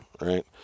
right